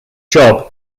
job